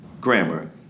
grammar